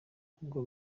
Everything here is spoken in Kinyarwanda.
ubwo